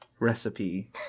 Recipe